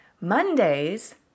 Mondays